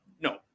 No